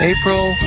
April